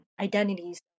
identities